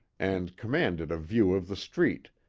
and commanded a view of the street,